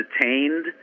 detained